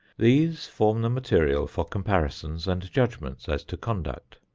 these form the material for comparisons and judgments as to conduct.